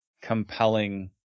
compelling